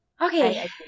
Okay